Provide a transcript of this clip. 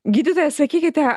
gydytoja sakykite